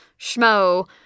schmo